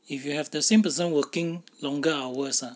if you have the same person working longer hours ah